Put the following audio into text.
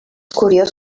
curiós